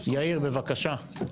יאיר, בבקשה.